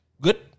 Good